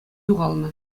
ҫухалнӑ